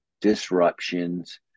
disruptions